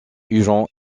huygens